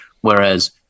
whereas